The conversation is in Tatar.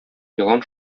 елан